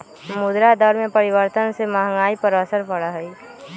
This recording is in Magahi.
मुद्रा दर में परिवर्तन से महंगाई पर असर पड़ा हई